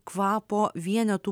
kvapo vienetų